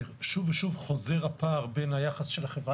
ושוב ושוב חוזר הפער בין היחס של החברה